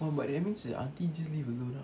but that means the auntie just live alone ah